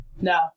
No